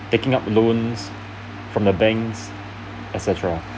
taking up loans from the banks et cetera